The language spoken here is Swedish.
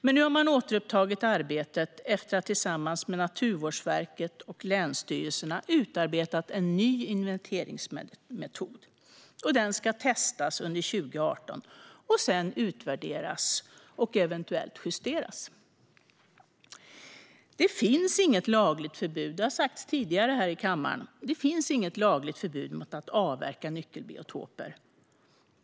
Men nu har man återupptagit arbetet efter att man tillsammans med Naturvårdsverket och länsstyrelserna har utarbetat en ny inventeringsmetod. Den ska testas under 2018 och sedan utvärderas och eventuellt justeras. Det har sagts tidigare här i kammaren att det i dag inte finns något lagligt förbud mot att avverka nyckelbiotoper.